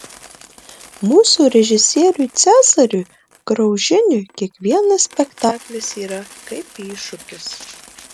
mūsų režisieriui cezariui graužiniui kiekvienas spektaklis yra kaip iššūkis